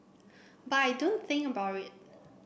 but I don't think about it